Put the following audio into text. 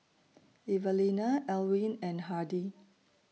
Evalena Elwin and Hardie